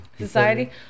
Society